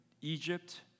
Egypt